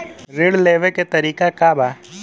ऋण लेवे के तरीका का बा?